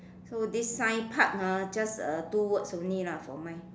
so this sign park ah just uh two words only lah for mine